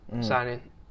signing